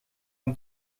een